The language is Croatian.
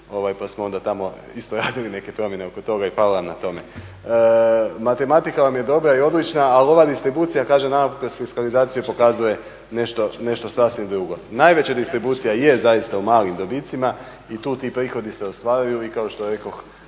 pa smo onda tamo isto radili neke promjene oko toga. I hvala vam na tome. Matematika vam je dobra i odlična, ali ova distribucija kaže nam, kroz fiskalizaciju pokazuje nešto sasvim drugo. Najveća distribucija zaista je u malim dobicima i tu ti prihodi se ostvaruju. I kao što rekoh